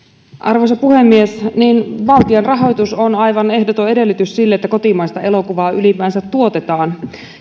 arvoisa puhemies valtion rahoitus on aivan ehdoton edellytys sille että kotimaista elokuvaa ylipäänsä tuotetaan